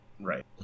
Right